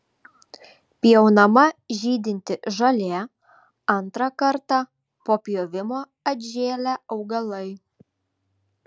pjaunama žydinti žolė antrą kartą po pjovimo atžėlę augalai